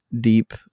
deep